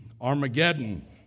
Armageddon